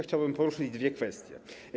Chciałbym poruszyć dwie kwestie.